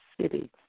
city